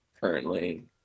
currently